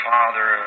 Father